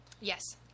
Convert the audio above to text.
Yes